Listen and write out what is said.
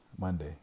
Monday